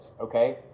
okay